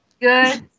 Good